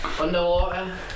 Underwater